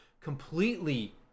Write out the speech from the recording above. Completely